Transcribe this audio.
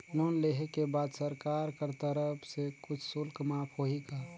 Loan लेहे के बाद सरकार कर तरफ से कुछ शुल्क माफ होही का?